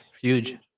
huge